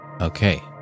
Okay